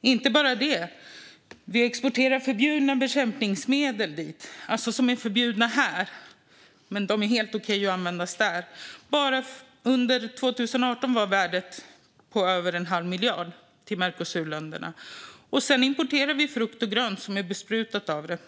Inte bara det - vi exporterar förbjudna bekämpningsmedel dit, alltså medel som är förbjudna här men helt okej att använda där. Bara under 2018 var värdet på den exporten till Mercosurländerna över en halv miljard. Sedan importerar vi frukt och grönt som är besprutad med dessa medel.